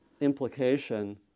implication